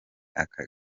aka